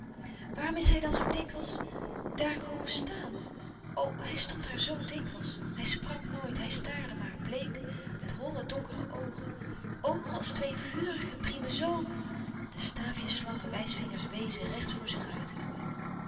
waarom is hij dan zoo dikwijls daar komen staan o hij stond daar zoo dikwijls hij sprak nooit hij staarde maar bleek met holle donkere oogen oogen als twee vurige priemen z de staafjes slanke wijsvingers wezen recht voor zich uit